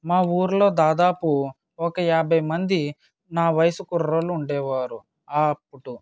మా ఊరిలో దాదాపు ఒక యాభై మంది నా వయస్సు కుర్రోళ్ళు ఉండేవారు అప్పుడు